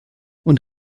und